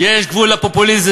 יש גבול לפופוליזם.